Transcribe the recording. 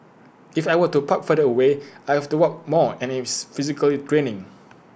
if I were to park further away I have to walk more and it's physically draining